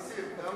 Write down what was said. נסים, גם